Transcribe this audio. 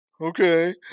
okay